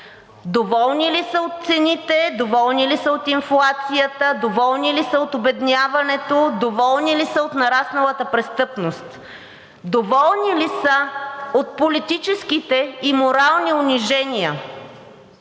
Доволни ли са от цените, доволни ли са от инфлацията, доволни ли са от обедняването, доволни ли са от нарасналата престъпност, доволни ли са от политическите и морални унижения,